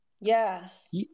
Yes